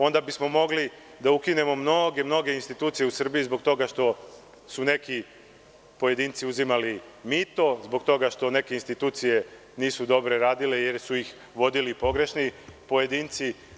Onda bismo mogli da ukinemo mnoge institucije u Srbiji zbog toga što su neki pojedinci uzimali mito, zbog toga što neke institucije nisu dobro radile jer su ih vodili pogrešni pojedinci.